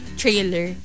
trailer